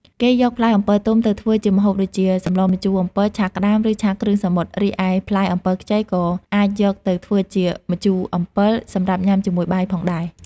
គេយកផ្លែអំពិលទុំទៅធ្វើជាម្ហូបដូចជា សម្លរម្ជូរអំពិល ឆាក្ដាម ឬ ឆាគ្រឿងសមុទ្រ។ រីឯផ្លែអំពិលខ្ចីក៏អាចយកទៅធ្វើជា ម្ជូរអំពិល សម្រាប់ញ៉ាំជាមួយបាយផងដែរ។